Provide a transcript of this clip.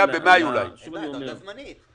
זה לא דומה לכל שנה.